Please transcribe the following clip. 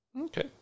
Okay